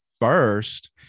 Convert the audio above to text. first